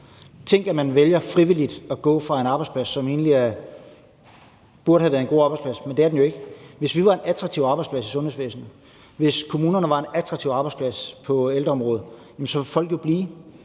Tænk, at man frivilligt vælger at gå fra en arbejdsplads, som egentlig burde have været en god arbejdsplads. Men det er den jo ikke. Hvis vi tilbød en attraktiv arbejdsplads i sundhedsvæsenet, og hvis kommunerne tilbød en attraktiv arbejdsplads på ældreområdet, så ville folk jo blive.